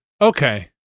Okay